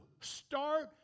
start